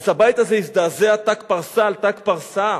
אז הבית הזה יזדעזע ת"ק פרסה על ת"ק פרסה,